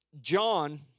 John